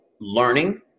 learning